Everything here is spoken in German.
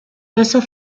besser